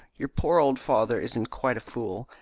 your poor old father isn't quite a fool,